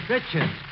Richard